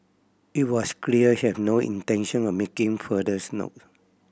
it was clear she have no intention of making furthers note